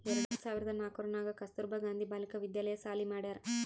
ಎರಡು ಸಾವಿರ್ದ ನಾಕೂರ್ನಾಗ್ ಕಸ್ತೂರ್ಬಾ ಗಾಂಧಿ ಬಾಲಿಕಾ ವಿದ್ಯಾಲಯ ಸಾಲಿ ಮಾಡ್ಯಾರ್